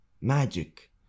magic